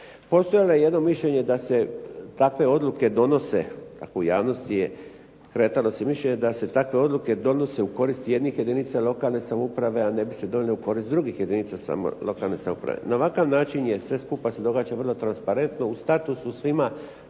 se kretalo mišljenje da se takve odluke donose u korist jednih jedinica lokalne samouprave, a neke se donose u korist drugih jedinica lokalne samouprave. Na ovakav način se sve događa vrlo transparentno. U startu su svima